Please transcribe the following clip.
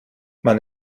man